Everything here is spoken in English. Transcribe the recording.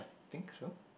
think so